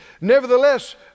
Nevertheless